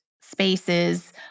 spaces